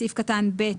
בסעיף קטן (ב)